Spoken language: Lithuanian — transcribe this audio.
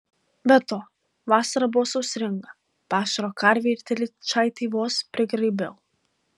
be to vasara buvo sausringa pašaro karvei ir telyčaitei vos prigraibiau